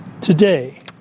today